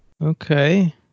Okay